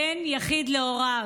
בן יחיד להוריו.